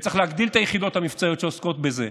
צריך להגדיל את היחידות המבצעיות שעוסקות בזה,